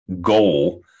goal